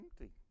empty